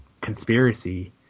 conspiracy